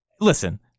listen